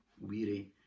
weary